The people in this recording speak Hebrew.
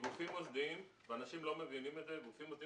גופים מוסדיים ואנשים לא מבינים את זה גופים מוסדיים,